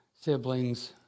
siblings